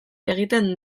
egiten